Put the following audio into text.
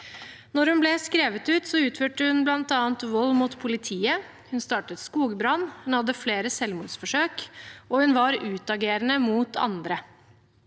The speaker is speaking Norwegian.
Da hun ble skrevet ut, utførte hun bl.a. vold mot politiet, hun startet skogbrann, hun hadde flere selvmordsforsøk, og hun var utagerende mot andre.